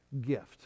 gift